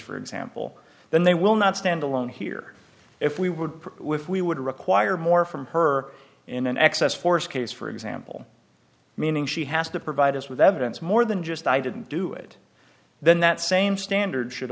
for example then they will not stand alone here if we would prefer with we would require more from her in an excess force case for example meaning she has to provide us with evidence more than just i didn't do it then that same standard should